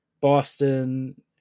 Boston